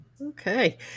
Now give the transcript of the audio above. Okay